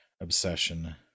obsession